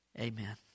Amen